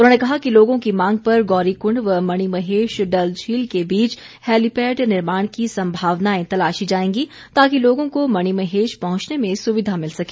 उन्होंने कहा कि लोगों की मांग पर गौरीकुंड व मणिमहेश डलझील के बीच हैलीपैड निर्माण की संभावनाएं तलाशी जाएंगी ताकि लोगों को मणिमहेश पहुंचने में सुविधा मिल सके